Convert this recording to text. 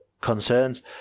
concerns